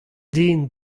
den